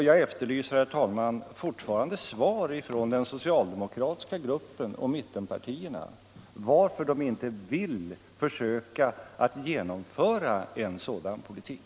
Jag efterlyser, herr talman, fortfarande svar från den socialdemokratiska gruppen och mittenpartierna på frågan varför de inte vill försöka genomföra en sådan politik.